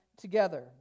together